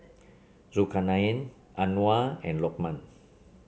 Zulkarnain Anuar and Lukman